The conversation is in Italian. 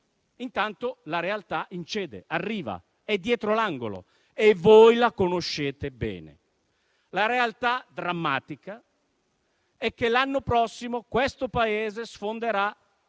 Intanto, la realtà incede, arriva, è dietro l'angolo e voi la conoscete bene. La realtà drammatica è che l'anno prossimo questo Paese sfonderà